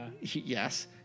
Yes